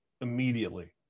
immediately